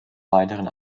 weiteren